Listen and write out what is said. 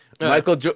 Michael